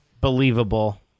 believable